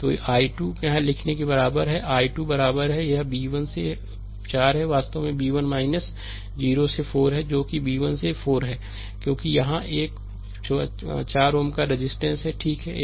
तो i 2 यहाँ लिखने के बराबर है i 2 बराबर है यह b 1 से 4 है वास्तव में b 1 0 से 4 है जो कि b 1 से 4 है क्योंकि यहाँ यह 4 ओम रजिस्टेंस है ठीक है